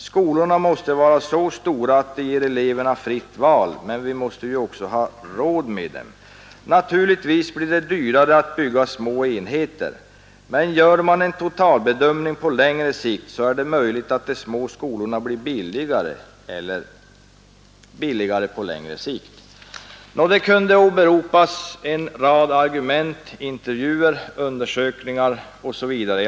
Skolorna måste vara så stora att de ger eleverna fritt val — men vi måste ju också ha råd med dem. Naturligtvis blir det dyrare att bygga små enheter. Men gör man en totalbedömning på längre sikt, så är det möjligt att de små skolorna blir lika billiga — eller billigare.” Det kunde åberopas en rad argument, intervjuer, undersökningar osv.